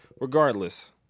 Regardless